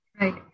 Right